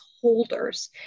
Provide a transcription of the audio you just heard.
holders